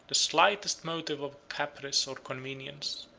the slightest motive of caprice or convenience,